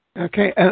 Okay